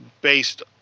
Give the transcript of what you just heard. based